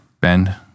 bend